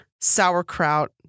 sauerkraut